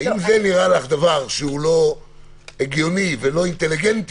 אם זה נראה לך דבר שהוא לא הגיוני ולא אינטליגנטי,